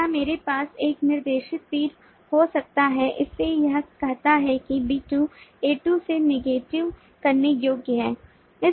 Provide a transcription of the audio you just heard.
या मेरे पास एक निर्देशित तीर हो सकता है इसलिए यह कहता है कि B2 A2 से नेविगेट करने योग्य है